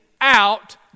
out